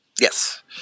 yes